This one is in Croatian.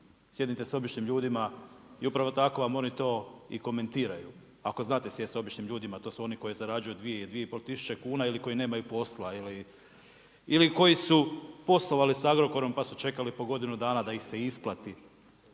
sjednite sa običnim ljudima i upravo tako vam oni to i komentiraju. Ako znate sjest sa običnim ljudima, to su oni koji zarađuju 2, 2 i pol tisuće kuna ili koji nemaju posla ili koji su poslovali sa Agrokorom pa su čekali po godinu dana da ih se isplati.